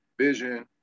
vision